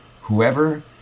whoever